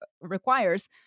requires